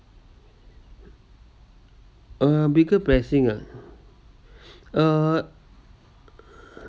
uh bigger blesssing ah uh